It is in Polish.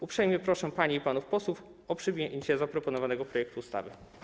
Uprzejmie proszę panie i panów posłów o przyjęcie zaproponowanego projektu ustawy.